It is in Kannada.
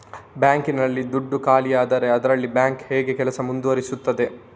ಬ್ಯಾಂಕ್ ನಲ್ಲಿ ದುಡ್ಡು ಖಾಲಿಯಾದರೆ ಅದರಲ್ಲಿ ಬ್ಯಾಂಕ್ ಹೇಗೆ ಕೆಲಸ ಮುಂದುವರಿಸುತ್ತದೆ?